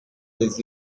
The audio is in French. les